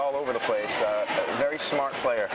all over the place very smart player